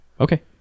Okay